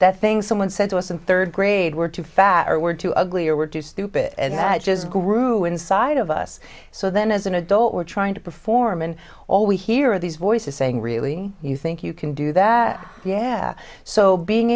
that things someone said to us in third grade we're fatter we're too ugly or we're too stupid just grew inside of us so then as an adult we're trying to perform and all we hear these voices saying really you think you can do that yeah so being